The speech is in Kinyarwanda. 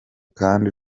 kandi